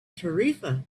tarifa